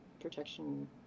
Protection